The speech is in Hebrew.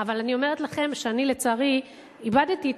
אבל אני אומרת לכם שאני לצערי איבדתי את